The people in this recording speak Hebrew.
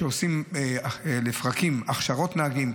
שעושים לפרקים הכשרות נהגים,